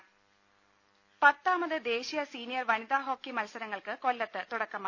ദേദ പത്താമത് ദേശീയ സീനിയർ വനിത ഹോക്കി മത്സരങ്ങൾക്ക് കൊല്ലത്ത് തുടക്കമായി